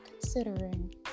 considering